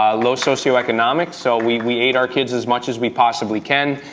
ah low socioeconomic, so we we aid our kids as much as we possibly can,